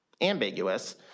ambiguous